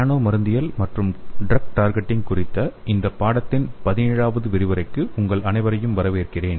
நானோ மருந்தியல் மற்றும் drug targeting குறித்த இந்த பாடத்தின் 17 வது விரிவுரைக்கு உங்கள் அனைவரையும் வரவேற்கிறேன்